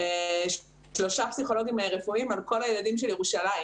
שלושה פסיכולוגים רפואיים על כל הילדים של ירושלים.